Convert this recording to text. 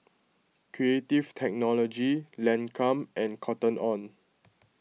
Creative Technology Lancome and Cotton on